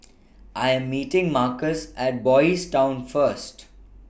I Am meeting Marcus At Boys' Town First